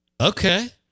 Okay